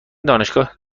دانشگاه